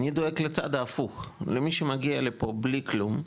אני דואג לצד ההפוך, למי שמגיע לפה בלי כלום,